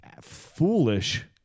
foolish